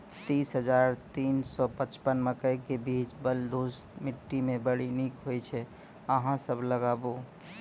तीन हज़ार तीन सौ पचपन मकई के बीज बलधुस मिट्टी मे बड़ी निक होई छै अहाँ सब लगाबु?